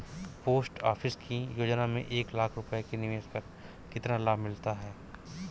Post office की योजना में एक लाख रूपए के निवेश पर कितना लाभ मिलता है?